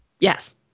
Yes